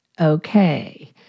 okay